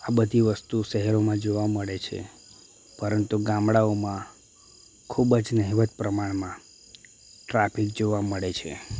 આ બધી વસ્તુ શહેરોમાં જોવા મળે છે પરંતુ ગામડાઓમાં ખૂબજ નહિવત્ પ્રમાણમાં ટ્રાફિક જોવા મળે છે